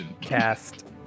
cast